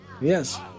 yes